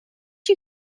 you